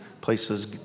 places